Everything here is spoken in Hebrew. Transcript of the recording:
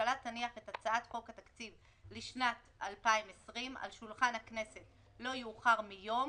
הממשלה תניח את הצעת חוק התקציב לשנת 2020 על שולחן הכנסת לא יאוחר מיום